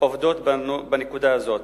עובדות בנקודה הזאת.